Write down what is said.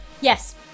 yes